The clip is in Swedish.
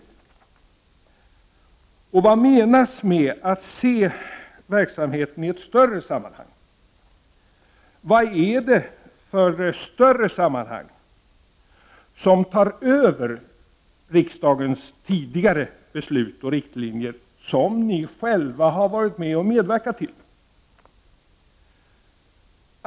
Vad menas med att se verksamheten i ett större sammanhang? Vilka större sammanhang är det som tar över riks dagens tidigare beslut och riktlinjer, som ni själva har medverkat till?